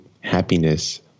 happiness